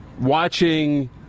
watching